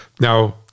Now